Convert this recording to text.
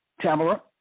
Tamara